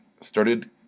started